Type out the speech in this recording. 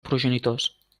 progenitors